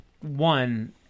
one